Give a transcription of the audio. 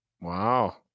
Wow